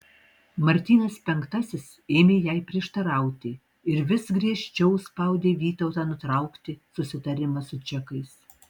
martynas penktasis ėmė jai prieštarauti ir vis griežčiau spaudė vytautą nutraukti susitarimą su čekais